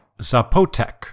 Zapotec